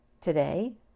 Today